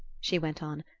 she went on,